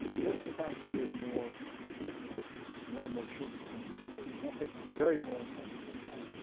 just the fact that there's more and more and more children coming into reproductive age and that takes a very long time to work out.